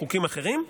חוקים אחרים,